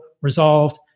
resolved